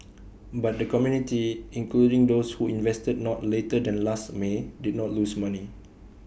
but the community including those who invested not later than last may did not lose money